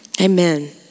Amen